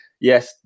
yes